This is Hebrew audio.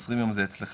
עשרים יום זה אצלך,